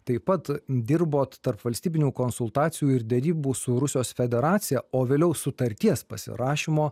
taip pat dirbot tarpvalstybinių konsultacijų ir derybų su rusijos federacija o vėliau sutarties pasirašymo